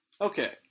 Okay